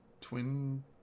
Twin